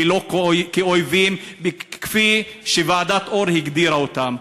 ולא כאויבים, כפי שוועדת אור הגדירה זאת.